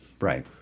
right